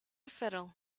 fiddle